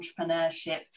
entrepreneurship